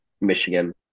Michigan